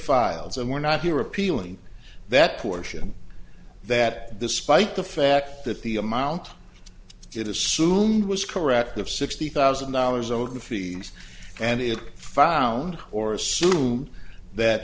files and were not here appealing that portion that despite the fact that the amount it assumed was correct of sixty thousand dollars owed feelings and it found or assume that